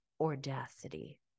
audacity